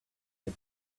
had